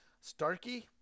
starkey